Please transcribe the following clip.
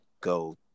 go